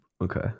Okay